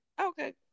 Okay